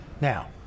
Now